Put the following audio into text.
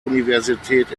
universität